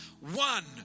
One